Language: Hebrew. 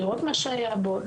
לראות מה שהיה בו,